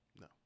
No